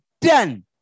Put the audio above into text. done